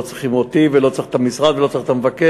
לא צריכים אותי ולא צריך את המשרד ולא צריך את המבקר,